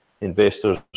investors